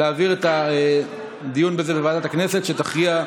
באופן מפתיע,